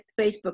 Facebook